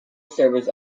service